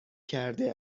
کرده